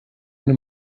eine